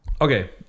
okay